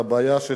בעיה של